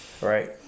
right